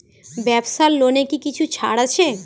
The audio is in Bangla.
ব্যাবসার লোনে কি কিছু ছাড় আছে?